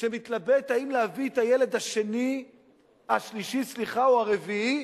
שמתלבט אם להביא את הילד השלישי או הרביעי,